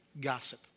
gossip